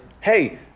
hey